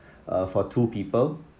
uh for two people